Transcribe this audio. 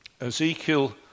Ezekiel